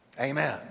amen